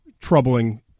troubling